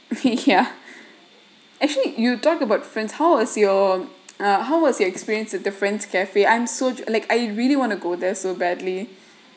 ya actually you talk about friends how was your how was your experience with the friends' cafe I'm so like I really want to go there so badly